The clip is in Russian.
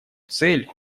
цель